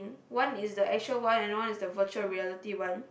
one is the actual one and one is the virtual reality one